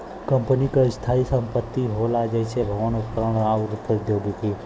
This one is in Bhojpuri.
कंपनी क स्थायी संपत्ति होला जइसे भवन, उपकरण आउर प्रौद्योगिकी